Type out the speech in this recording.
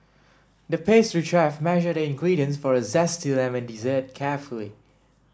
the pastry chef measured the ingredients for a zesty lemon dessert carefully